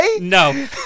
No